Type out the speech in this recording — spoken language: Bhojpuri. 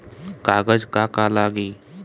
कागज का का लागी?